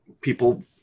people